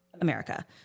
America